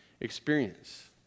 experience